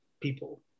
people